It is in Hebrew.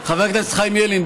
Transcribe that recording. חבר הכנסת חיים ילין,